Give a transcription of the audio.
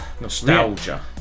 nostalgia